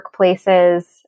workplaces